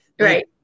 right